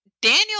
Daniel